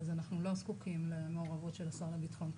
אז אנחנו לא זקוקים למעורבות של השר לבטחון פנים,